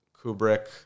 Kubrick